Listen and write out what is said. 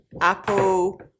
Apple